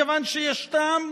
מכיוון שישנם,